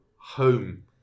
home